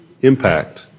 impact